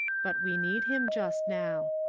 but we need him just now.